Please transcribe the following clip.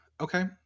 okay